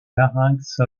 larynx